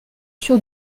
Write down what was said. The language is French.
sur